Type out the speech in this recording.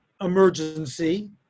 emergency